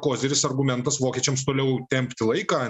koziris argumentas vokiečiams toliau tempti laiką